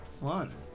fun